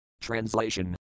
Translation